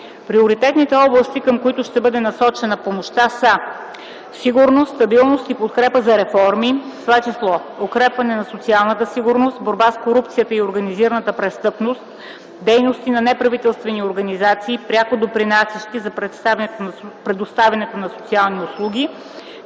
Приоритетните области, към които ще бъде насочена помощта, са: - сигурност, стабилност и подкрепа за реформи, в това число укрепване на социалната сигурност, борба с корупцията и организираната престъпност, дейности на неправителствени организации, пряко допринасящи за предоставянето на социални услуги,